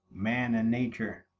man and nature.